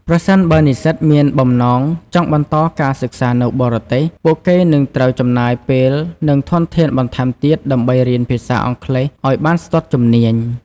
ប្រសិនបើនិស្សិតមានបំណងចង់បន្តការសិក្សានៅបរទេស ពួកគេនឹងត្រូវចំណាយពេល និងធនធានបន្ថែមទៀតដើម្បីរៀនភាសាអង់គ្លេសឱ្យបានស្ទាត់ជំនាញ។